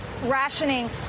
rationing